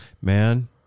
man